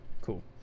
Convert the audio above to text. cool